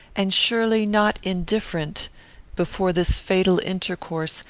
and surely not indifferent before this fatal intercourse,